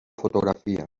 fotografia